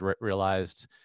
realized